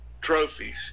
trophies